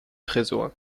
tresor